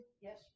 Yes